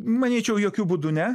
manyčiau jokiu būdu ne